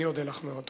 אני אודה לך מאוד.